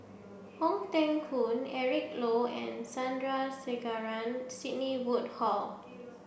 Ong Teng Koon Eric Low and Sandrasegaran Sidney Woodhull